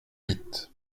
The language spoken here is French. huit